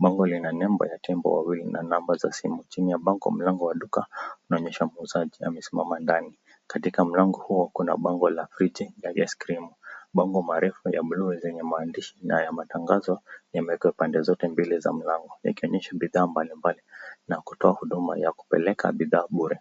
bango lina nembo ya Tembo wawili na namba za simu chini ya bango mlango wa duka inaonyesha muuzaji amesimama ndani katika mlango huo. Kuna bango Eating Ice cream bango marefu ya blu yenye maandishi na matangazo yamewekwa upande zote mbili za mlango ikionyesha bidhaa mbalimbali na kutoa huduma ya kupeleka bidhaa bure.